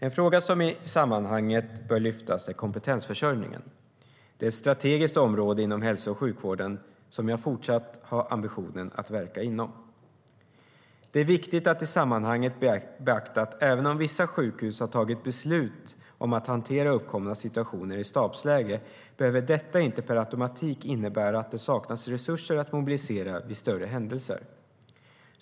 En fråga som i sammanhanget bör lyftas fram är kompetensförsörjningen. Det är ett strategiskt område inom hälso och sjukvården som jag fortsatt har ambitionen att verka inom. Det är viktigt att i sammanhanget beakta att även om vissa sjukhus har tagit beslut om att hantera uppkomna situationer i stabsläge behöver detta inte per automatik innebära att det saknas resurser att mobilisera vid större händelser.